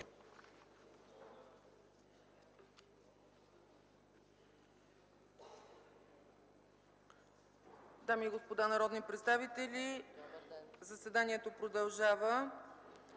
Дами и господа народни представители, заседанието продължава.